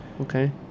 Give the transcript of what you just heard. okay